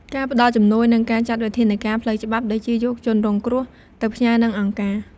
ការផ្ដល់ជំនួយ និងការចាត់វិធានការផ្លូវច្បាប់ ដូចជា យកជនរងគ្រោះទៅផ្ញើនឹងអង្គការ។